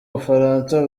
bufaransa